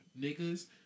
Niggas